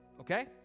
okay